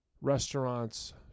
restaurants